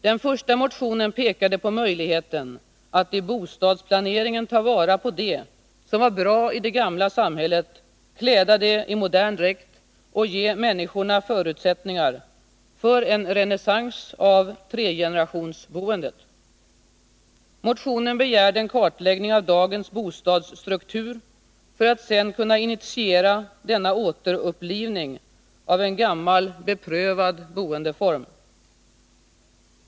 Den första motionen pekade på möjligheten att i bostadsplaneringen ta vara på det som var bra i det gamla samhället, kläda det i modern dräkt och ge människorna förutsättningar för en renässans av flergenerationsboendet. I motionen begärdes en kartläggning av dagens bostadsstruktur för att man sedan skulle kunna initiera återupplivning av en gammal beprövad boendeform.